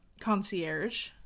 concierge